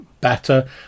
better